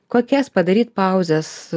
kokias padaryt pauzes